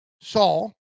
Saul